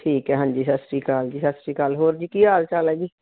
ਠੀਕ ਹੈ ਹਾਂਜੀ ਸਤਿ ਸ਼੍ਰੀ ਅਕਾਲ ਜੀ ਸਤਿ ਸ਼੍ਰੀ ਅਕਾਲ ਹੋਰ ਜੀ ਕੀ ਹਾਲ ਚਾਲ ਹੈ ਜੀ